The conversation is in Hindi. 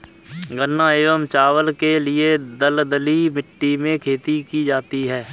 गन्ना एवं चावल के लिए दलदली मिट्टी में खेती की जाती है